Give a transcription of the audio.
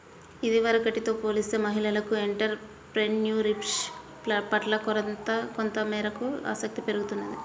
ఇదివరకటితో పోలిస్తే మహిళలకు ఎంటర్ ప్రెన్యూర్షిప్ పట్ల కొంతమేరకు ఆసక్తి పెరుగుతున్నది